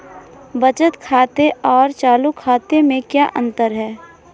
बचत खाते और चालू खाते में क्या अंतर है?